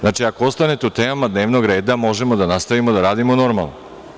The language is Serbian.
Znači, ako ostanete u temama dnevnog reda, možemo da nastavimo da radimo normalno.